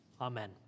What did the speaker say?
amen